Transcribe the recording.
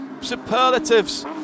superlatives